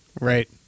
Right